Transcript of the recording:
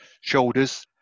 shoulders